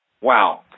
Wow